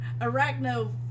Arachno